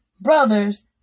brothers